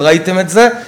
וראיתם את זה.